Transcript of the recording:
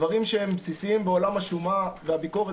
דברים שהם בסיסיים בעולם השומה והביקורת